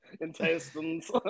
intestines